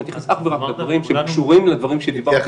אני מתייחס אך ורק לדברים שהם קשורים לדברים שדיברתי